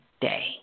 day